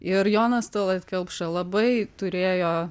ir jonas talat kelpša labai turėjo